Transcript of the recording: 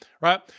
right